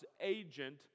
agent